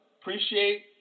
appreciate